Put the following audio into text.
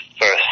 first